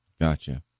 Gotcha